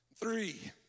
three